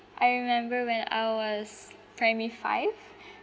I remember when I was primary five